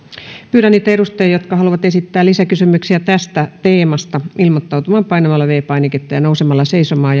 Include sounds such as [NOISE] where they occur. pyydän niitä edustajia jotka haluavat esittää lisäkysymyksiä tästä teemasta ilmoittautumaan painamalla viides painiketta ja nousemalla seisomaan [UNINTELLIGIBLE]